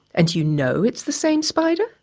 and you know it's the same spider?